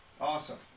Awesome